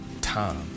time